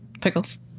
Pickles